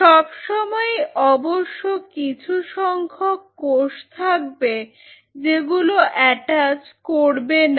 সবসময়ই অবশ্য কিছু সংখ্যক কোষ থাকবে যেগুলো অ্যাটাচ করবে না